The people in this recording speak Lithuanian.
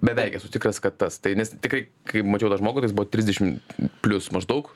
beveik esu tikras kad tas tai nes tikrai kai mačiau tą žmogų tai jis buvo trisdešimt plius maždaug